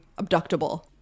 abductable